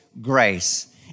grace